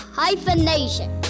hyphenation